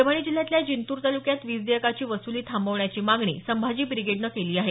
परभणी जिल्ह्यातल्या जिंतूर तालुक्यात वीज देयकाची वसुली थांबवण्याची मागणी संभाजी ब्रिगेडनं केली आहे